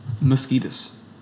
mosquitoes